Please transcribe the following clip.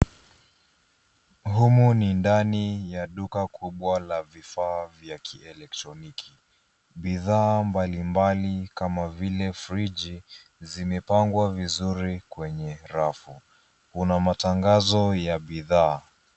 Humu ni ndani ya duka kubwa la vifaa vya kielektroniki. Bidhaa mbalimbali kama vile friji zimepangwa vizuri kwenye rafu. Kuna matangazo ya bidhaa.